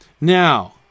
Now